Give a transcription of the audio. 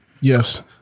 yes